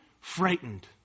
frightened